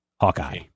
Hawkeye